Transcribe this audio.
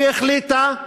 היא החליטה,